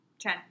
Ten